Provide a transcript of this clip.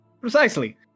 Precisely